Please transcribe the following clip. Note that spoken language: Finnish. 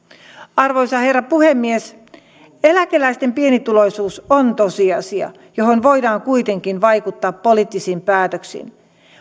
arvoisa herra puhemies eläkeläisten pienituloisuus on tosiasia johon voidaan kuitenkin vaikuttaa poliittisin päätöksin